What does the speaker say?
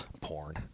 porn